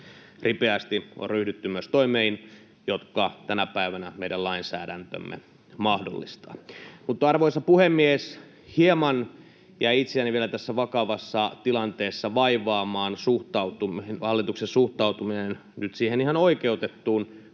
ripeästi on myös ryhdytty toimiin, jotka tänä päivänä meidän lainsäädäntömme mahdollistaa. Mutta, arvoisa puhemies, hieman jäi itseäni vielä tässä vakavassa tilanteessa vaivaamaan hallituksen suhtautuminen nyt siihen ihan oikeutettuun